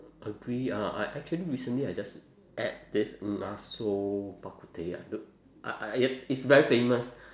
agree uh I actually recently I just ate this ng ah sio bak kut teh ah the ah ah yup it's very famous